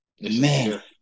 man